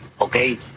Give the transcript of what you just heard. Okay